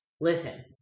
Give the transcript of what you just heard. listen